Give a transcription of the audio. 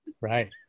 Right